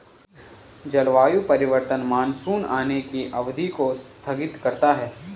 जलवायु परिवर्तन मानसून आने की अवधि को स्थगित करता है